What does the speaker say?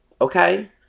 Okay